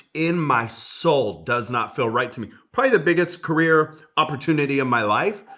in my soul does not feel right to me. probably the biggest career opportunity of my life,